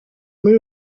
muri